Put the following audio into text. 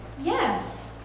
Yes